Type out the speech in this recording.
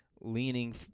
leaning